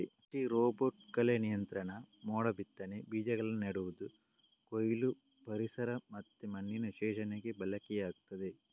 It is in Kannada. ಕೃಷಿ ರೋಬೋಟ್ ಕಳೆ ನಿಯಂತ್ರಣ, ಮೋಡ ಬಿತ್ತನೆ, ಬೀಜಗಳನ್ನ ನೆಡುದು, ಕೊಯ್ಲು, ಪರಿಸರ ಮತ್ತೆ ಮಣ್ಣಿನ ವಿಶ್ಲೇಷಣೆಗೆ ಬಳಕೆಯಾಗ್ತದೆ